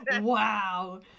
Wow